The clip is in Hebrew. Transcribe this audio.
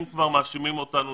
אם כבר מאשימים אותנו